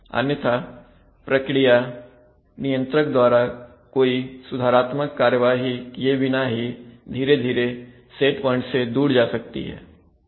अन्यथा प्रक्रिया नियंत्रक द्वारा कोई सुधारात्मक कार्यवाही किए बिना ही धीरे धीरे सेट प्वाइंट से दूर जा सकती है